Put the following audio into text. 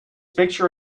picture